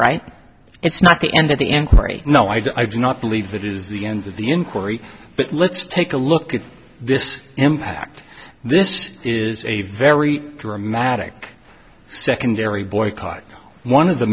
right it's not the end of the inquiry no i do not believe that is the end of the inquiry but let's take a look at this impact this is a very dramatic secondary boycott one of the